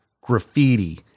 graffiti